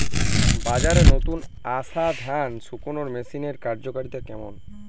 বাজারে নতুন আসা ধান শুকনোর মেশিনের কার্যকারিতা কেমন?